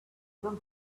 some